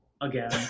Again